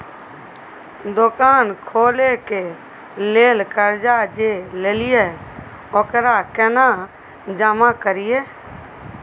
दुकान खोले के लेल कर्जा जे ललिए ओकरा केना जमा करिए?